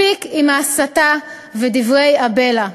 מספיק עם ההסתה ודברי הבלע.